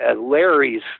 Larry's